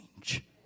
change